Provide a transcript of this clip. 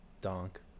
donk